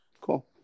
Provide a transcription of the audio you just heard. Cool